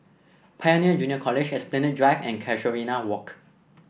Pioneer Junior College Esplanade Drive and Casuarina Walk